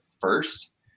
first